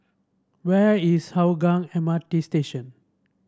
where is Hougang M R T Station